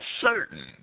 certain